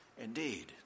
Indeed